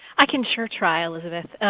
i can sure try elizabeth.